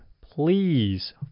please